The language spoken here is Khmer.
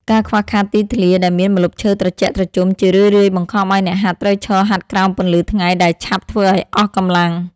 ការខ្វះខាតទីធ្លាដែលមានម្លប់ឈើត្រជាក់ត្រជុំ ជារឿយៗបង្ខំឱ្យអ្នកហាត់ត្រូវឈរហាត់ក្រោមពន្លឺថ្ងៃដែលឆាប់ធ្វើឱ្យអស់កម្លាំង។